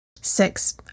Six